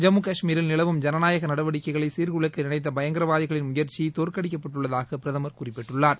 ஜம்மு காஷ்மீரில் நிலவும் ஜனநாயக நடவடிக்கைகளை சீர்குலைக்க நினைத்த பயங்கரவாதிகளின் முயற்சி தோற்கடிக்கப்பட்டுள்ளதாக பிரதமர் குறிப்பிட்டுள்ளார்